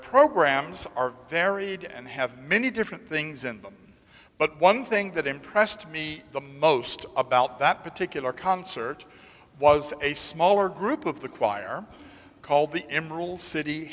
programs are varied and have many different things in them but one thing that impressed me the most about that particular concert was a smaller group of the choir called the emerald city